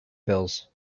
pills